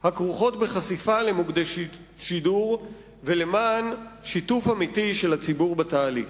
הכרוכות בחשיפה למוקדי שידור ולמען שיתוף אמיתי של הציבור בתהליך.